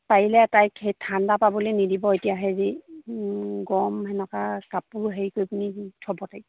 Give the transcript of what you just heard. পাৰিলে তাইক সেই ঠাণ্ডা পাবলৈ নিদিব এতিয়া হেৰি গৰম তেনেকুৱা কাপোৰ হেৰি কৰি পিনি থ'ব তাইক